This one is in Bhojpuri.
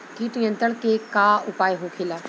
कीट नियंत्रण के का उपाय होखेला?